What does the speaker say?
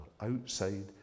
outside